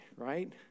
Right